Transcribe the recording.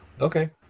Okay